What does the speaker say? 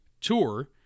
tour